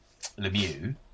Lemieux